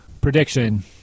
prediction